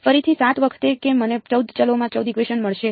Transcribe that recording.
ફરીથી 7 વખત કે મને 14 ચલોમાં 14 ઇકવેશન મળશે